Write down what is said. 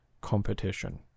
competition